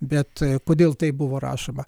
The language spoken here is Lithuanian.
bet kodėl taip buvo rašoma